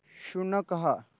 शुनकः